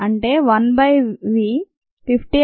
అంటే 1 by v 58